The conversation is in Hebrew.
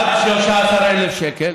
עד 13,000 שקלים.